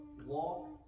walk